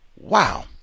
Wow